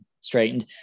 straightened